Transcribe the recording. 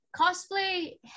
cosplay